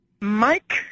Mike